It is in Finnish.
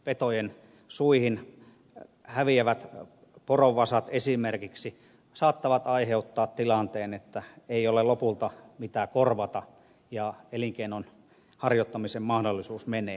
petojen suihin häviävät poronvasat esimerkiksi saattavat aiheuttaa tilanteen että ei ole lopulta mitä korvata ja elinkeinonharjoittamisen mahdollisuus menee